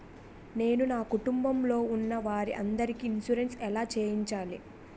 నేను నా కుటుంబం లొ ఉన్న వారి అందరికి ఇన్సురెన్స్ ఎలా చేయించాలి?